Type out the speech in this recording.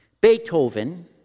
Beethoven